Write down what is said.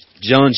John